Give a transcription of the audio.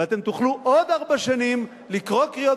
ואתם תוכלו עוד ארבע שנים לקרוא קריאות